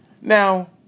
Now